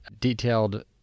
detailed